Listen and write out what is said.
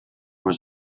was